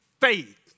faith